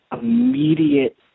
immediate